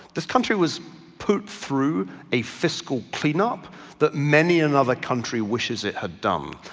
this country was put through a fiscal prenup that many another country wishes it had done,